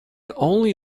only